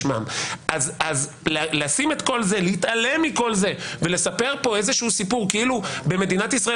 אז להתעלם מכל זה ולספר פה איזשהו סיפור כאילו במדינת ישראל